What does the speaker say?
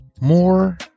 more